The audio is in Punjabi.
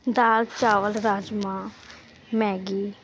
ਦਾਲ ਚਾਵਲ ਰਾਜਮਾ ਮੈਗੀ